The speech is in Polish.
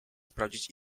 sprawdzić